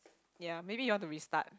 ya maybe you want to restart